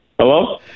Hello